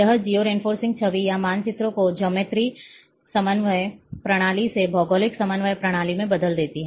यह georeferencing छवि या मानचित्रों को ज्यामितीय समन्वय प्रणाली से भौगोलिक समन्वय प्रणाली में बदल देती है